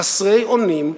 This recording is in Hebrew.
חסרי אונים,